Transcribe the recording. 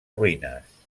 ruïnes